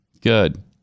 Good